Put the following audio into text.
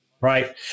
right